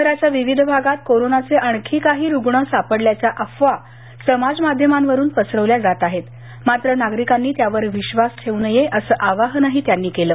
शहराच्या विविध भागात कोरोनाचे आणखी काही रुग्ण सापडल्याच्या अफवा समाज माध्यमावरून पसरवल्या जात आहेत मात्र नागरिकांनी त्यावर विश्वास ठेवू नये असं आवाहन त्यांनी केलं